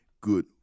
good